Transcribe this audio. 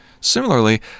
Similarly